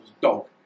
dog